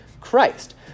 Christ